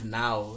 now